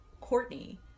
Courtney